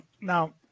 now